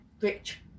rich